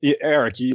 Eric